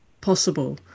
possible